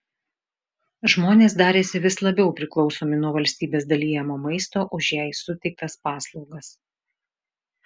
žmonės darėsi vis labiau priklausomi nuo valstybės dalijamo maisto už jai suteiktas paslaugas